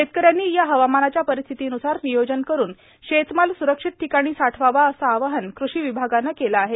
शेतकऱ्यांनी या हवामानाच्या परिस्थितीन्सार नियोजन करून शेतमाल स्रक्षित ठिकाणी साठवावा असं आवाहन कृषी विभागानं केलं आहे